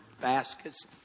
baskets